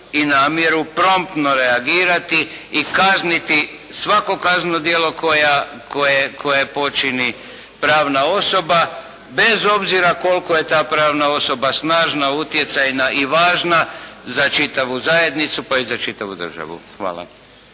i namjeru promptno reagirati i kazniti svako kazneno djelo koje počini pravna osoba bez obzira koliko je ta pravna osoba snažna, utjecajna i važna za čitavu zajednicu pa i za čitavu državu. Hvala.